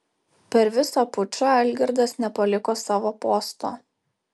per visą pučą algirdas nepaliko savo posto